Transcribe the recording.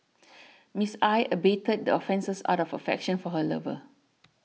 Miss I abetted the offences out of affection for her lover